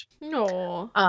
No